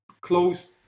close